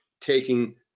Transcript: taking